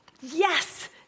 Yes